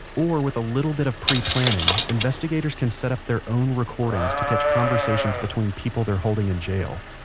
or with a little bit of pre-planning, investigators can set up their own recordings to catch conversations between people they're holding in jail